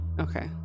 Okay